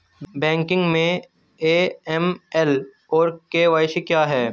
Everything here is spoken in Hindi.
बैंकिंग में ए.एम.एल और के.वाई.सी क्या हैं?